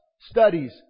Studies